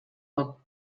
poc